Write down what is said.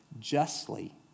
justly